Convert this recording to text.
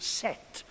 set